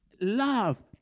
love